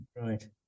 Right